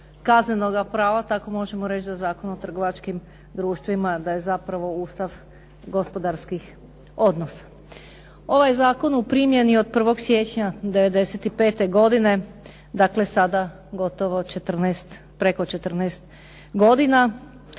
kaznenoga prava, tako možemo reći za Zakon o trgovačkim društvima da je zapravo Ustav gospodarskih odnosa. Ovaj zakon je u primjeni od 1. siječnja '95. godine. Dakle, sada gotovo 14, preko 14 godina.